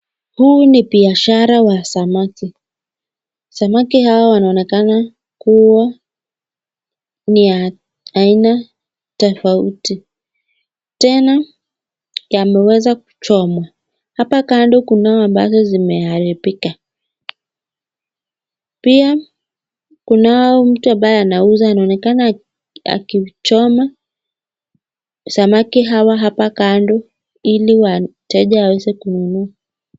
Hii ni biashara ya samaki samaki hawa wanaoeneka kuwa ni wa aina tofauti tena wameweza kuchomwa ,hapa kando kunao ambao wameharibika pia kuna mtu ambaye anauza anaonekana akichoma samaki hawa hapa kando ili wateja waweze kununua.